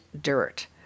dirt